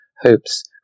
hopes